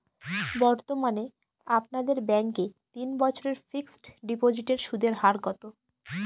বর্তমানে আপনাদের ব্যাঙ্কে তিন বছরের ফিক্সট ডিপোজিটের সুদের হার কত?